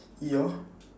your